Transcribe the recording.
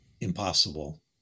impossible